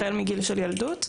החל מגיל ילדות.